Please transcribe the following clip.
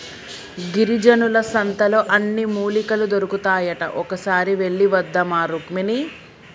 గిరిజనుల సంతలో అన్ని మూలికలు దొరుకుతాయట ఒక్కసారి వెళ్ళివద్దామా రుక్మిణి